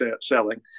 selling